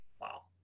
Wow